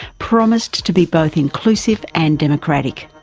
promised to be both inclusive and democratic.